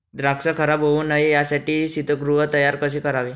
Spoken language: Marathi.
द्राक्ष खराब होऊ नये यासाठी शीतगृह तयार कसे करावे?